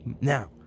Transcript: Now